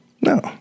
No